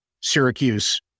Syracuse